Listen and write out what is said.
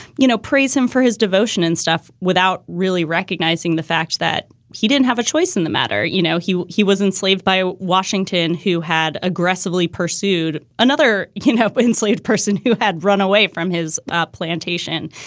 you know, praise him for his devotion and stuff without really recognizing the fact that he didn't have a choice in the matter. you know, he he was enslaved by washington, who had aggressively pursued another can help but enslaved person who had run away from his plantation.